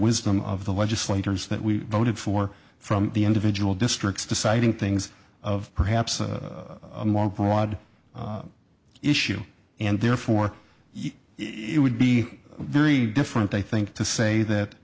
wisdom of the legislators that we voted for from the individual districts deciding things of perhaps a more broad issue and therefore it would be very different i think to say